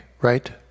right